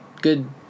good